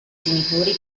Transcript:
genitori